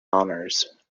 honours